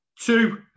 two